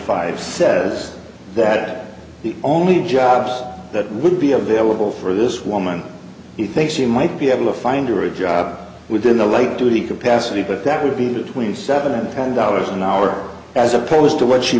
five says that the only jobs that would be available for this woman you think she might be able to find her a job within the light duty capacity but that would be between seven and dollars an hour as opposed to what she